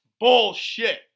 Bullshit